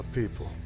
people